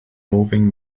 moving